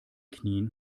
knien